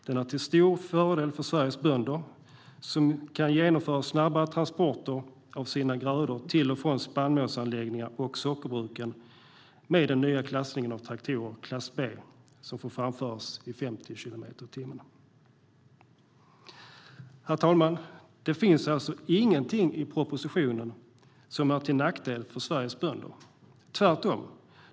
Den är till stor fördel för Sveriges bönder, som kan genomföra snabbare transporter av sina grödor till och från spannmålsanläggningarna och sockerbruken med den nya typen av traktorer, b, som får framföras i 50 kilometer per timme. Herr talman! Det finns alltså ingenting i propositionen som är till nackdel för Sveriges bönder - tvärtom.